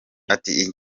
ati